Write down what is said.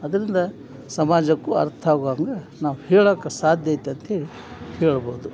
ಅದರಿಂದ ಸಮಾಜಕ್ಕೂ ಅರ್ಥ ಆಗುವಂಗೆ ನಾವು ಹೇಳಕ್ಕ ಸಾಧ್ಯ ಐತೆ ಅಂತ ಹೇಳಿ ಹೇಳ್ಬೋದು